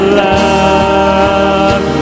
love